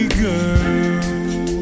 girl